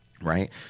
Right